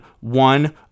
one